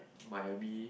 Miami